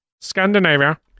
Scandinavia